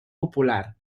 popular